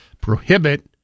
prohibit